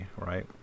right